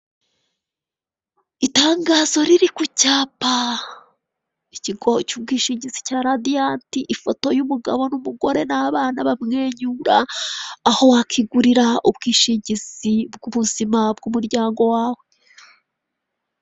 Ameza asize irange ry'umweru kuri ayo meza hateretse indobo ebyiri. Indobo ya mbere irimo amacapati, indobo ya kabiri amandazi, hari n'agasahane kandi hakabaho akantu ku rusenda n'ak'umunyu, hateretse imineke, hateretseho amagi munsi ya meza hari puberi ushobora gushyiramo imyanda, hari n'intebe kandi yumweru, irimo iragaragara, hari n'icyapa cy'umuhanda kirimo kiragaragara hari n'umuntu kandi uri mu muryango waho ngaho ushaka kubakenera ibyo kurya wagana aha hantu bakabikoherereza.